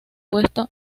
puesto